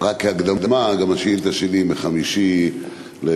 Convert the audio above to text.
רק כהקדמה, גם השאילתה שלי היא מ-5 ביוני,